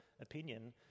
opinion